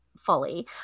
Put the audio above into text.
fully